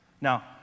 Now